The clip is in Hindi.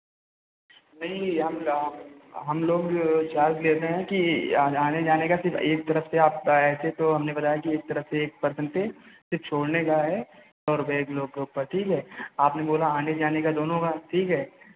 नहीं हम लॉन्ग हम लोग चार्ज़ लेते हैं कि आने जाने का सिर्फ एक तरफ से आप ऐसे तो हमने बताया कि एक तरफ से एक पर्सन से सिर्फ छोड़ने का है सौ रुपये एक लोग के ऊपर ठीक है आपने बोला आने जाने का दोनों का ठीक है